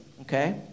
Okay